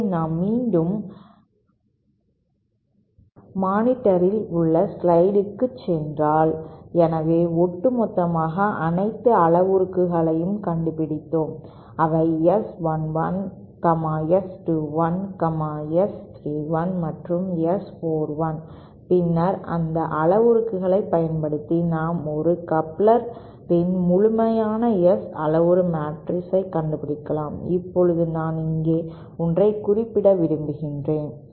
எனவே நாம் மீண்டும் மானிட்டரில் உள்ள ஸ்லைடுகளுக்குச் சென்றால் எனவே ஒட்டுமொத்தமாக அனைத்து அளவுருக்களையும் கண்டுபிடித்தோம் அவை S11 S 21 S 31 மற்றும் S 41 பின்னர் அந்த அளவுருக்களைப் பயன்படுத்தி நாம் ஒரு கப்லர் இன் முழுமையான S அளவுரு மேட்ரிக்ஸ் ஐ கண்டுபிடிக்கலாம் இப்போது நான் இங்கே ஒன்றை குறிப்பிட விரும்புகிறேன்